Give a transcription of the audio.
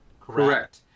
correct